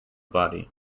body